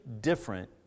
different